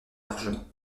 largement